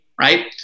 right